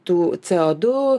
tų co du